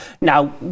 now